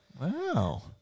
Wow